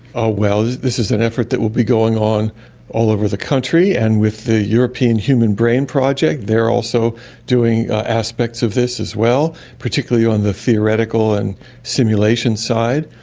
ah well, this is an effort that will be going on all over the country, and with the european human brain project, they are also doing aspects of this as well, particularly on the theoretical and simulation side.